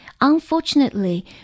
Unfortunately